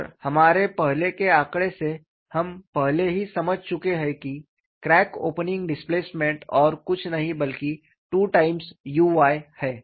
और हमारे पहले के आंकड़े से हम पहले ही समझ चुके हैं कि क्रैक ओपनिंग डिस्प्लेसमेंट और कुछ नहीं बल्कि 2 टाइम्स u y है